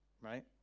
Right